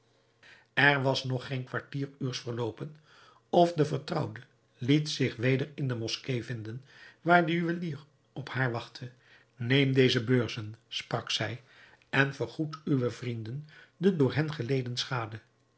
er was nog geen kwartier uurs verloopen of de vertrouwde liet zich weder in de moskee vinden waar de juwelier op haar wachtte neem deze beurzen sprak zij en vergoed uwen vrienden de door hen geleden schade